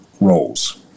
roles